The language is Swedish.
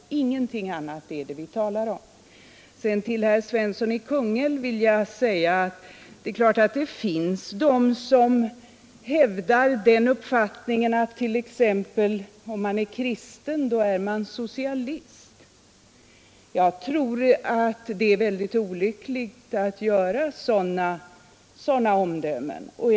Det är ingenting annat vi talar om. Till herr Svensson i Kungälv vill jag säga att det är klart att det finns människor som hävdar den uppfattningen att man är socialist om man är kristen. Jag tror att det är väldigt olyckligt att göra sådana kopplingar.